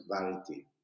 variety